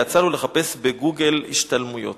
יעצה לו לחפש ב"גוגל" השתלמויות.